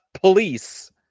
police